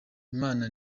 imana